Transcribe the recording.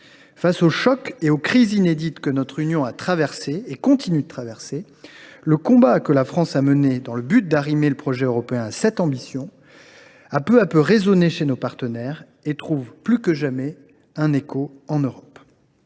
Face aux chocs et aux crises inédites que notre Union a vécus et continue de vivre, le combat que la France a mené dans le but d’arrimer le projet européen à cette ambition a peu à peu résonné chez nos partenaires et trouve plus que jamais un écho en Europe.